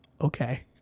Okay